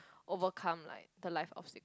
overcome like the life obstacles